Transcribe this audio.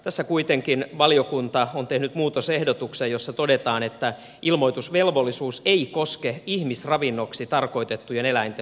tässä kuitenkin valiokunta on tehnyt muutosehdotuksen jossa todetaan että ilmoitusvelvollisuus ei koske ihmisravinnoksi tarkoitettujen eläinten lopetusta